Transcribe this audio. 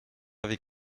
avec